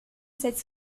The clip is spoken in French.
cette